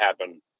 happen